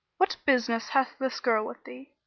what business hath this girl with thee?